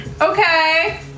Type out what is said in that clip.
Okay